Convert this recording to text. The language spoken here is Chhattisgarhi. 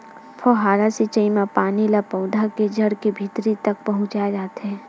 फव्हारा सिचई म पानी ल पउधा के जड़ के भीतरी तक पहुचाए जाथे